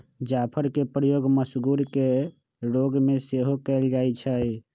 जाफरके प्रयोग मसगुर के रोग में सेहो कयल जाइ छइ